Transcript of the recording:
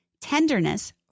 tenderness